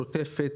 השוטפת,